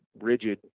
rigid